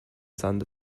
sand